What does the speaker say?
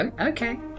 Okay